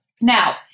Now